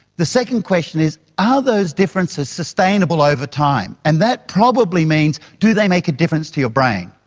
the second question is are those differences sustainable over time? and that probably means do they make a difference to your brain?